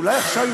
אולי עכשיו,